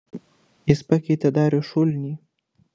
jis pakeitė darių šulnį